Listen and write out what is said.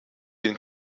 den